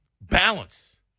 Balance